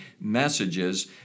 messages